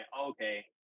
Okay